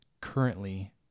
currently